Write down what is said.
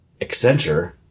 Accenture